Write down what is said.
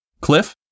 Cliff